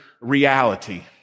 reality